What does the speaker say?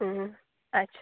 ᱟᱪᱪᱷᱟ